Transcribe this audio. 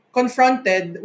confronted